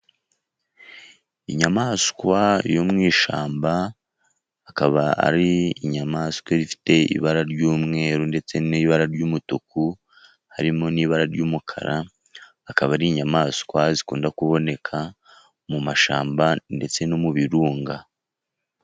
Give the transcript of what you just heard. Inyamaswa yo mu ishyamba akaba ari inyamaswa ifite ibara ry'umweru ndetse n'ibara ry'umutuku harimo n'ibara ry'umukara akaba ari inyamaswa zikunda kuboneka mu mashyamba ndetse no mu birunga.